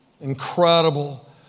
Incredible